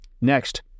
Next